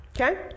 Okay